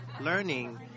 learning